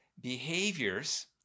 behaviors